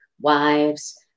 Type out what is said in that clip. wives